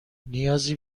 نیازی